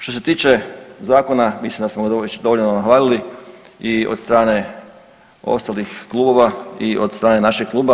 Što se tiče zakona mislim da smo ga već dovoljno nahvalili i od strane ostalih klubova i od strane našeg kluba.